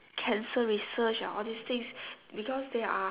cancer research all these things because they are